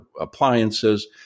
appliances